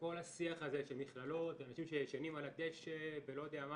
כל השיח הזה של מכללות ואנשים שישנים על הדשא ולא-יודע-מה